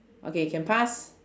okay can pass